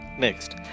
Next